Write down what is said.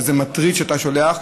שזה מטריד שאתה שולח,